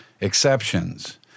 Exceptions